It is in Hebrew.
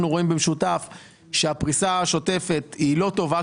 רואים במשותף שהפריסה השוטפת לא טובה,